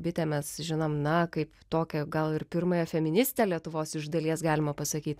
bitę mes žinom na kaip tokią gal ir pirmąją feministę lietuvos iš dalies galima pasakyt